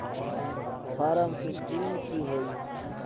Form sixteen की होय?